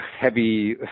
heavy